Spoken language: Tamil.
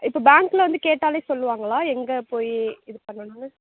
இப்போது பேங்க்கில் வந்து கேட்டாலே சொல்லுவாங்களா எங்கே போய் இது பண்ணணும்ன்னு